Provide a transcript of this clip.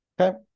Okay